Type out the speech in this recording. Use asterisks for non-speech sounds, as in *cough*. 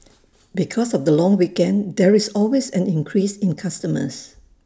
*noise* because of the long weekend there is always an increase in customers